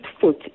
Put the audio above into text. foot